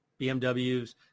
bmws